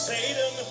Satan